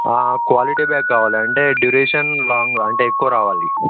quality bag అవ్వాలి అంటే duration long అంటే ఎక్కువ రావాలి